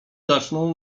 zaczną